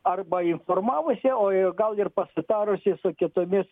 arba informavusi o ir gal ir pasitarusi su kitomis